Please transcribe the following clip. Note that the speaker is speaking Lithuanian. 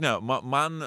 ne ma man